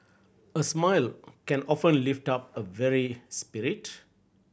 a smile can often lift up a weary spirit